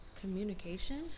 Communication